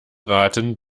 raten